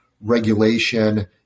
regulation